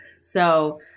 So-